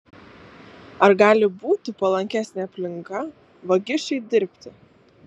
ar gali būti palankesnė aplinka vagišiui dirbti